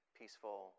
peaceful